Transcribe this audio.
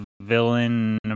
villain